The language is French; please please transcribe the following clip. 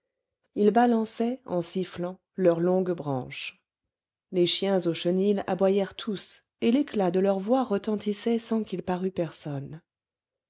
ils balançaient en sifflant leurs longues branches les chiens au chenil aboyèrent tous et l'éclat de leurs voix retentissait sans qu'il parût personne